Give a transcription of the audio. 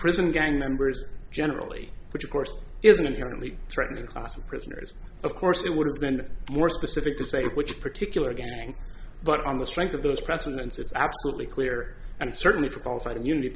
prison gang members generally which of course is an inherently threatening class of prisoners of course it would have been more specific to say which particular gang but on the strength of those precedents it's absolutely clear and certainly for qualified immunity